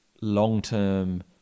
long-term